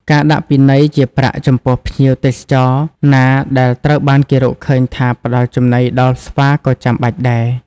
ការដាក់ពិន័យជាប្រាក់ចំពោះភ្ញៀវទេសចរណាដែលត្រូវបានគេរកឃើញថាផ្តល់ចំណីដល់ស្វាក៏ចាំបាច់ដែរ។